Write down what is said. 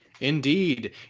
Indeed